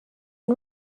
and